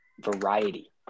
variety